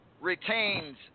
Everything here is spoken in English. retains